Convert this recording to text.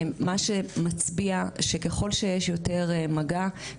מה שמצביע שככל שיש יותר מגע,